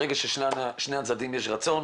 ברגע שלשני הצדדים יש רצון